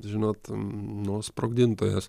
žinot nu sprogdintojas